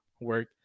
work